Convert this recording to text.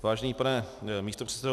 Vážený pane místopředsedo.